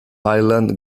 ireland